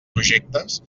projectes